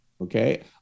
Okay